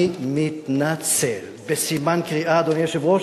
אני מתנצל, בסימן קריאה, אדוני היושב-ראש.